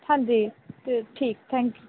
ਹਾਂਜੀ ਤੇ ਠੀਕ ਥੈਂਕਯੂ